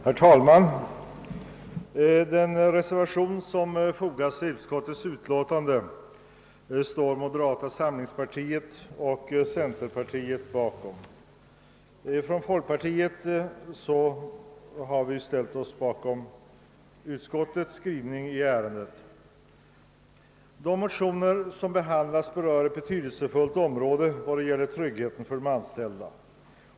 Herr talman! Moderata samlingspartiet och centerpartiet står bakom den reservation som har fogats till bankoutskottets utlåtande. Från folkpartiets sida har vi ställt oss bakom utskottets skrivning i ärendet. De motioner som behandlas berör ett betydelsefullt område i fråga om tryggheten för de anställda.